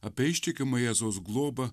apie ištikimą jėzaus globą